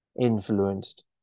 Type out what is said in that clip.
influenced